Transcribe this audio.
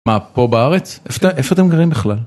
מה פה בארץ? איפה אתם גרים בכלל?